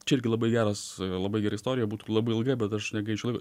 čia irgi labai geras labai gera istorija būtų ir labai ilga bet aš negaišiu laiko